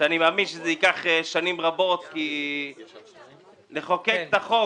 שאני מאמין שייקח שנים רבות, כי לחוקק את החוק